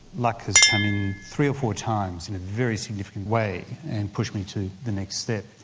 luck has come in three or four times in a very significant way and pushed me to the next step.